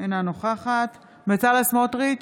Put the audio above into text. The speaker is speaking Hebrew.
אינה נוכחת בצלאל סמוטריץ'